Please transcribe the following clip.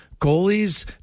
Goalies